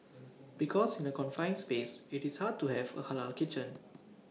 because in A confined space IT is hard to have A Halal kitchen